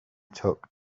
took